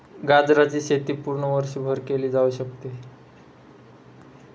गाजराची शेती पूर्ण वर्षभर केली जाऊ शकते